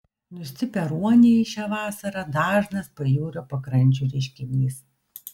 nustipę ruoniai šią vasarą dažnas pajūrio pakrančių reiškinys